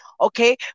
Okay